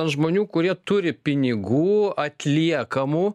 ant žmonių kurie turi pinigų atliekamų